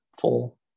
full